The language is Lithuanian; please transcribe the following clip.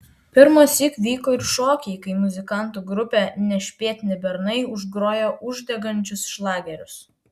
pirmąsyk vyko ir šokiai kai muzikantų grupė nešpėtni bernai užgrojo uždegančius šlagerius